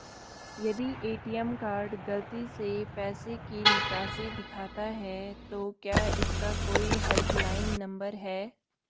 यदि ATM card गलती से पैसे की निकासी दिखाता है तो क्या इसका कोई हेल्प लाइन नम्बर है?